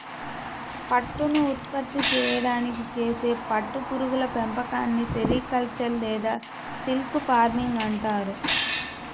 పట్టును ఉత్పత్తి చేయడానికి చేసే పట్టు పురుగుల పెంపకాన్ని సెరికల్చర్ లేదా సిల్క్ ఫార్మింగ్ అంటారు